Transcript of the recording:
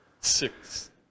six